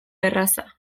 erraza